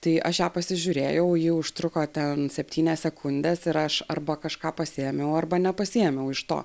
tai aš ją pasižiūrėjau ji užtruko ten septynias sekundes ir aš arba kažką pasiėmiau arba nepasiėmiau iš to